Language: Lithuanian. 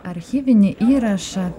archyvinį įrašą